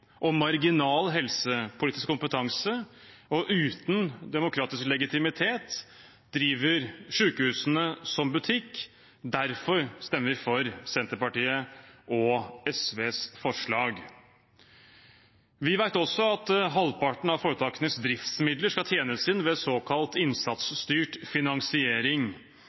og marginal helsepolitisk kompetanse og uten demokratisk legitimitet, driver sykehusene som butikk. Derfor stemmer vi for forslagene fra Senterpartiet og SV. Vi vet også at halvparten av foretakenes driftsmidler skal tjenes inn ved såkalt innsatsstyrt finansiering.